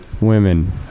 women